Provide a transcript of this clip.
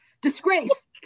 disgrace